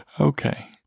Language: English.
okay